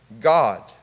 God